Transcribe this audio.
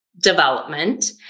development